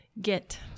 Get